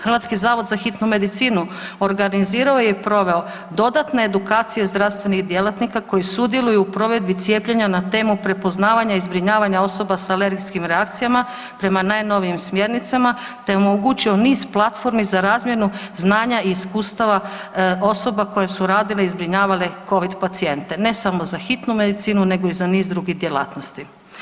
Hrvatski zavod za hitnu medicinu organizirao je i proveo dodatne edukacije zdravstvenih djelatnika koji sudjeluju u provedbi cijepljenja na temu prepoznavanja i zbrinjavanja osoba sa alergijskim reakcijama prema najnovijim smjernicama, te omogućio niz platformi za razmjenu znanja i iskustava osoba koje su radile i zbrinjavale covid pacijente ne samo za hitnu medicinu nego i za niz drugih djelatnosti.